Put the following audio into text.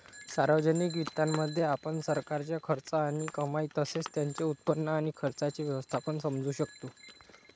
सार्वजनिक वित्तामध्ये, आपण सरकारचा खर्च आणि कमाई तसेच त्याचे उत्पन्न आणि खर्चाचे व्यवस्थापन समजू शकतो